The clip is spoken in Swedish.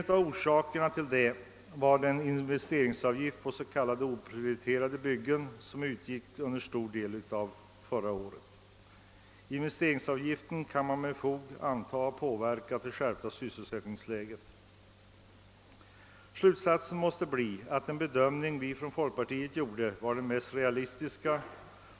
En av orsakerna härtill var den investeringsavgift på s.k. oprioriterade byggen som utgick under en stor del av året. Denna investeringsavgift kan med fog antas ha medverkat till att skärpa sysselsättningsläget. Slutsatsen måste bli att den bedömning som folkpartiet gjorde var den mest realistiska.